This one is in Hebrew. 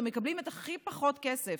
והם מקבלים הכי פחות כסף.